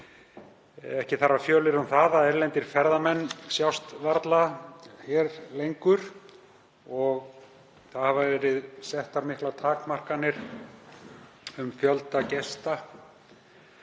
Ekki þarf að fjölyrða um það að erlendir ferðamenn sjást hér varla lengur. Það hafa verið settar miklar takmarkanir á fjölda gesta